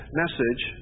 message